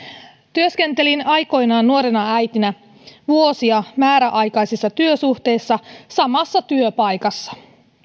työskentelin aikoinaan nuorena äitinä vuosia määräaikaisissa työsuhteissa samassa työpaikassa